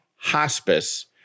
Hospice